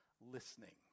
listening